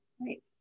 right